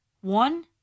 one